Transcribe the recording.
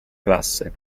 classe